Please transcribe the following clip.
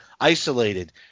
isolated